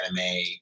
anime